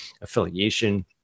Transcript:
affiliation